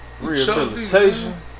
Rehabilitation